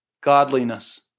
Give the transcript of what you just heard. godliness